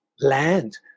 land